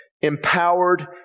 empowered